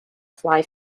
fly